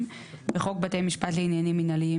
28. בחוק בתי משפט לעניינים מינהליים,